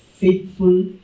Faithful